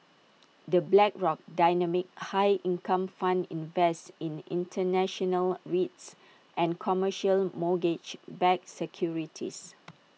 the Blackrock dynamic high income fund invests in International REITs and commercial mortgage backed securities